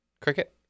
cricket